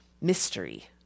mystery